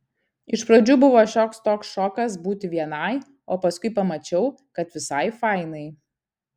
iš pradžių buvo šioks toks šokas būti vienai o paskui pamačiau kad visai fainai